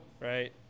right